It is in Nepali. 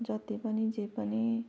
जति पनि जे पनि